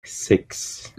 six